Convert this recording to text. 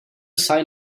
sign